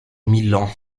milan